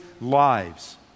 lives